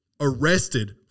arrested